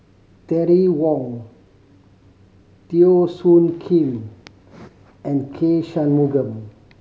Terry Wong Teo Soon Kim and K Shanmugam